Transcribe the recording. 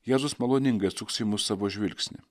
jėzus maloningai atsuks į mus savo žvilgsnį